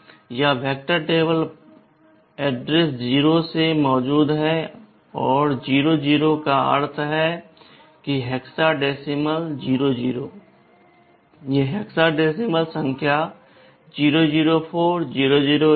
यह vector table पता 0 से मौजूद है 0x00 का अर्थ है हेक्साडेसिमल 00 ये हेक्साडेसिमल संख्या 004 008 00C हैं